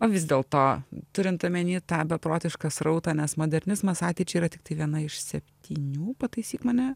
o vis dėlto turint omeny tą beprotišką srautą nes modernizmas ateičiai yra tiktai viena iš septynių pataisyk mane